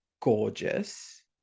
gorgeous